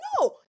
No